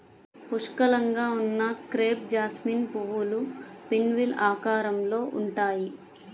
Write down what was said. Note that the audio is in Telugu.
పుష్కలంగా ఉన్న క్రేప్ జాస్మిన్ పువ్వులు పిన్వీల్ ఆకారంలో ఉంటాయి